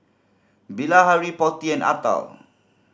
Bilahari Potti and Atal